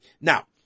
Now